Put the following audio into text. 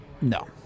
No